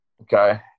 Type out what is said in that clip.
Okay